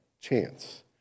chance